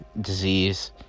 disease